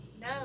No